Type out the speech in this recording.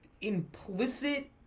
implicit